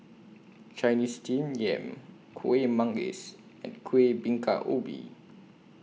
Chinese Steamed Yam Kuih Manggis and Kueh Bingka Ubi